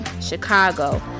Chicago